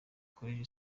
collège